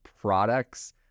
products